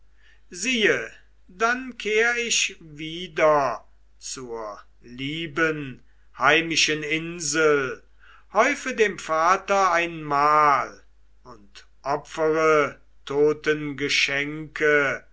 siehe dann kehr ich wieder zur lieben heimischen insel häufe dem vater ein mal und opfere